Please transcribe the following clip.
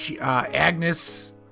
Agnes